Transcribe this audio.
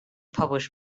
publish